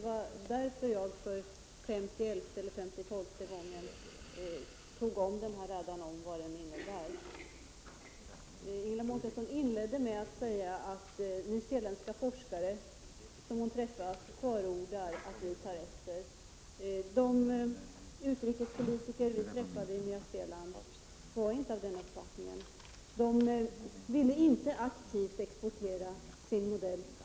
Det var därför jag för femtioelfte eller femtiotolvte gången på nytt räknade upp vad den innebär. Ingela Mårtensson inledde med att säga att nyzeeländska forskare som hon träffat förordar att vi tar efter. De utrikespolitiker vi träffade i Nya Zeeland var inte av den uppfattningen. De ville inte aktivt exportera sin modell.